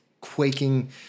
quaking